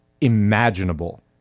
imaginable